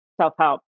self-help